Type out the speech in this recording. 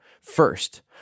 First